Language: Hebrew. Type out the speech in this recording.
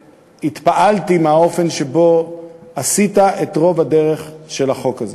והתפעלתי מהאופן שבו עשית את רוב הדרך של החוק הזה.